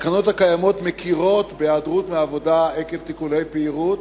התקנות הקיימות מכירות בהיעדרות מעבודה עקב טיפולי פוריות,